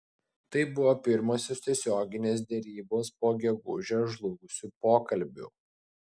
tai buvo pirmosios tiesioginės derybos po gegužę žlugusių pokalbių